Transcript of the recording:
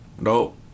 no